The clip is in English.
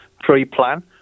pre-plan